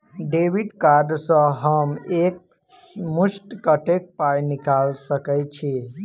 Debit card सँ हम एक मुस्त कत्तेक पाई निकाल सकय छी?